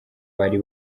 bari